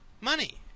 money